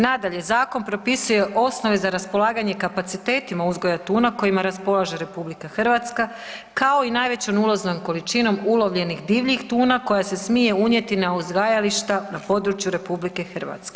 Nadalje, zakon propisuje osnove za raspolaganje kapacitetima uzgoja tuna kojima raspolaže RH kao i najvećom ulaznom količinom ulovljenih divljih tuna koja se smije unijeti na uzgajališta na području RH.